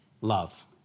love